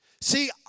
See